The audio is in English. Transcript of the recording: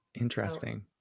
Interesting